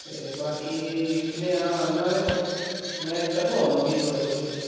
ते बाकि दिक्खनेआं औना में कौस में कदूं आवां फ्ही थोआड़े कोल